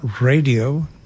radio